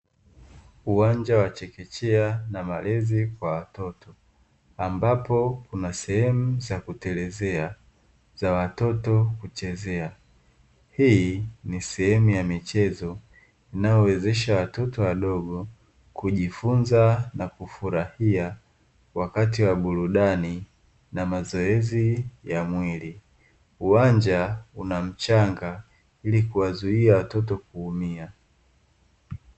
Uwanja wa chekechea na malezi kwa watoto, ambapo kuna sehemu za kutelezea za watoto kuchezea. Hii ni sehemu ya michezo inayowawezesha watoto wadogo, kujifunza na kufurahia wakati wa burudani na mazoezi ya mwili. Uwanja una mchanga ili kuwazuia watoto kuumia.